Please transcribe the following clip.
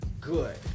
good